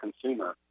consumer